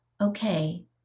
okay